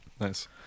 nice